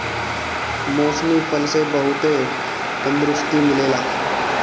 मौसमी फल से बहुते तंदुरुस्ती मिलेला